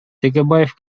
текебаев